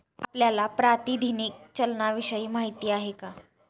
आपल्याला प्रातिनिधिक चलनाविषयी माहिती आहे का?